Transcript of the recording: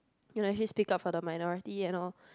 you know actually speak up for the minority and all